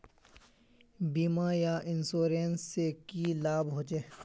बीमा या इंश्योरेंस से की लाभ होचे?